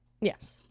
yes